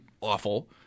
awful